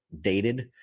dated